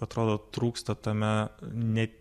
atrodo trūksta tame ne